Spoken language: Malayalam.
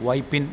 വൈപ്പിൻ